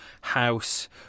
house